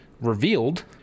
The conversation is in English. revealed